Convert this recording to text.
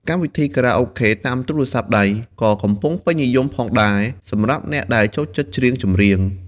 កម្មវិធីខារ៉ាអូខេតាមទូរស័ព្ទដៃ ក៏កំពុងពេញនិយមផងដែរសម្រាប់អ្នកដែលចូលចិត្តច្រៀង។